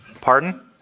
Pardon